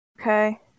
Okay